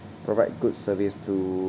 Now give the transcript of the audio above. provide good service to